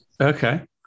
okay